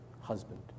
husband